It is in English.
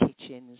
kitchens